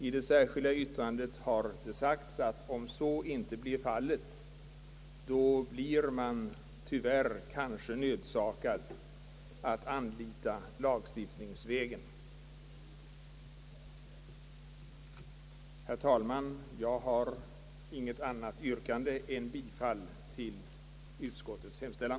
I det särskilda yttrandet framhålles att om så inte blir fallet blir vi kanske tyvärr nödsakade att anlita lagstiftningsvägen. Herr talman! Jag har inget annat yrkande än bifall till utskottets hemställan.